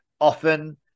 often